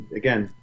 again